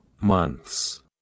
months